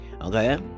okay